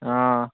অঁ